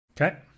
Okay